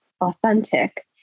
authentic